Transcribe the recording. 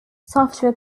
software